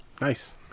Nice